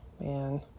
man